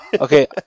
Okay